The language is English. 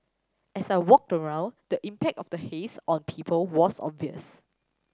as I walked around the impact of the haze on people was obvious